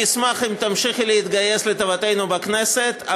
אני אשמח אם תמשיכי להתגייס לטובתנו בכנסת,